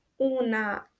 una